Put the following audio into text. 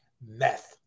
meth